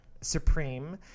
Supreme